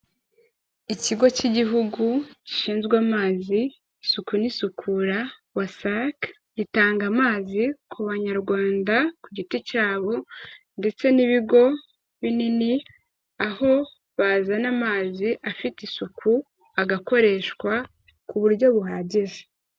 Ikigo cy'Igihugu gishinzwe amazi, isuku n'isukura "WASAC", gitanga amazi ku banyarwanda ku giti cyabo ndetse n'ibigo binini, aho bazana amazi afite isuku agakoreshwa ku buryo buhagije.